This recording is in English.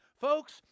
Folks